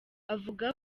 avuga